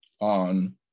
on